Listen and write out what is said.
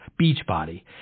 Beachbody